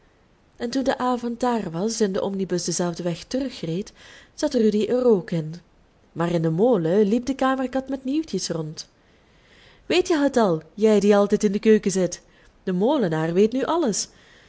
en toen de avond daar was en de omnibus denzelfden weg terugreed zat rudy er ook in maar in den molen liep de kamerkat met nieuwtjes rond weet je het al jij die altijd in de keuken zit de molenaar weet nu alles